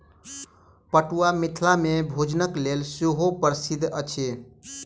पटुआ मिथिला मे भोजनक लेल सेहो प्रसिद्ध अछि